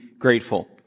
grateful